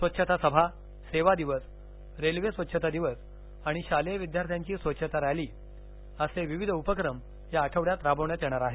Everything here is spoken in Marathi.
स्वच्छता सभा सेवा दिवस रेल्वे स्वच्छता दिवस आणि शालेय विद्यार्थ्यांची स्वच्छता रॅली असे विविध उप्रकम या आठवड्यात राबविण्यात येणार आहेत